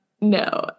No